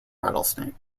rattlesnake